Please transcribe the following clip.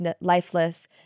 lifeless